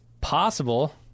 possible